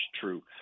true